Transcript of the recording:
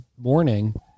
morning